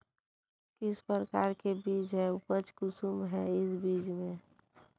किस प्रकार के बीज है उपज कुंसम है इस बीज में?